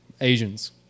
Asians